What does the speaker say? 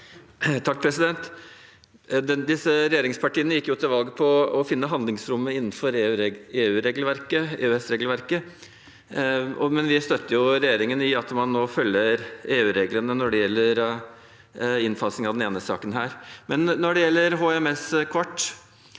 Disse regjeringsparti- ene gikk til valg på å finne handlingsrommet innenfor EU-regelverket, EØS-regelverket. Vi støtter regjeringen i at man følger EU-reglene når det gjelder innfasing av den ene saken her. Men når det gjelder HMS-kort,